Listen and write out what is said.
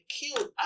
killed